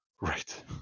Right